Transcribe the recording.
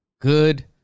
Good